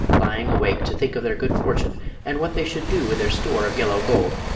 lying awake to think of their good fortune and what they should do with their store of yellow gold.